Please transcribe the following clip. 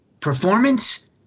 performance